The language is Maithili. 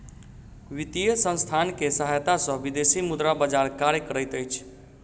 वित्तीय संसथान के सहायता सॅ विदेशी मुद्रा बजार कार्य करैत अछि